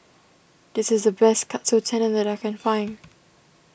this is the best Katsu Tendon that I can find